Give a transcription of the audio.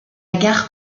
gare